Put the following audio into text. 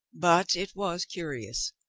but it was curious.